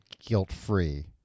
guilt-free